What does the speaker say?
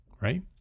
right